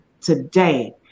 today